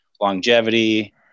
longevity